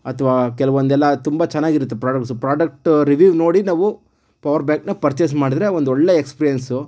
ಅಥವಾ ಕೆಲವೊಂದೆಲ್ಲ ತುಂಬ ಚೆನ್ನಾಗಿರುತ್ತೆ ಪ್ರಾಡಕ್ಟ್ಸು ಪ್ರಾಡಕ್ಟ್ ರಿವ್ಯೂ ನೋಡಿ ನಾವು ಪವರ್ಬ್ಯಾಂಕನ್ನು ಪರ್ಚೆಸ್ ಮಾಡಿದರೆ ಒಂದು ಒಳ್ಳೆಯ ಎಕ್ಸ್ಪೀರಿಯನ್ಸು